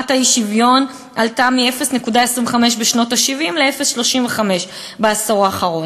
רמת האי-שוויון עלתה מ-0.25% ל-0.35% בעשור האחרון,